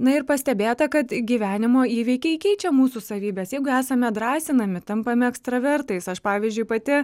na ir pastebėta kad gyvenimo įvykiai keičia mūsų savybes jeigu esame drąsinami tampam ekstravertais aš pavyzdžiui pati